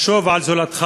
חשוב על זולתך,